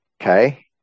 Okay